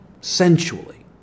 sensually